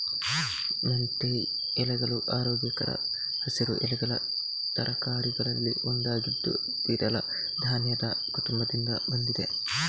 ಮೆಂತ್ಯ ಎಲೆಗಳು ಆರೋಗ್ಯಕರ ಹಸಿರು ಎಲೆಗಳ ತರಕಾರಿಗಳಲ್ಲಿ ಒಂದಾಗಿದ್ದು ದ್ವಿದಳ ಧಾನ್ಯದ ಕುಟುಂಬದಿಂದ ಬಂದಿದೆ